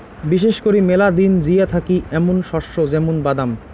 বিশেষ করি মেলা দিন জিয়া থাকি এ্যামুন শস্য য্যামুন বাদাম